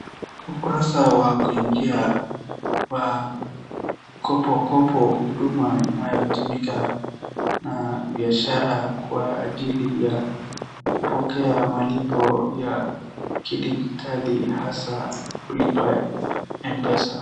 Ukurasa wa kuingia kwa KopoKopo huduma inayotumika na biashara kwa ajili ya kupokea malipo ya kidijitali hasa kulipa M-pesa.